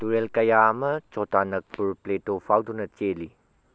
ꯇꯨꯔꯦꯜ ꯀꯌꯥ ꯑꯃ ꯆꯣꯇꯥ ꯅꯥꯛꯄꯨꯔ ꯄ꯭ꯂꯦꯇꯣ ꯐꯥꯎꯗꯨꯅ ꯆꯦꯜꯂꯤ